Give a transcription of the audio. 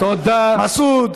מסעוד,